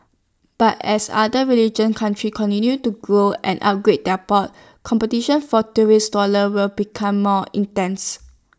but as other religion countries continue to grow and upgrade their ports competition for tourist dollars will become more intense